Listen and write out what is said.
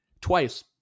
twice